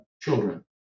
children